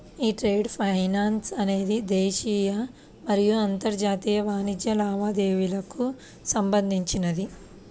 యీ trade finance అనేది దేశీయ మరియు అంతర్జాతీయ వాణిజ్య లావాదేవీలకు సంబంధించినది